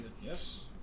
Yes